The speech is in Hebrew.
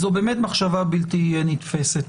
זו באמת מחשבה בלתי נתפסת.